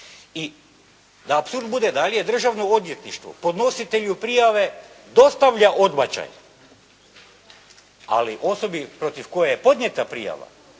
I da apsurd bude dalje, Državno odvjetništvo podnositelju prijave dostavlja odbačaj, ali osobi protiv koje je podnijeta prijava,